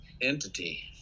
entity